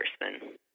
person